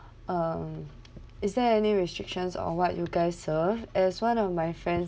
um is there any restrictions on what you guys serve as one of my friends